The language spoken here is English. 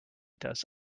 does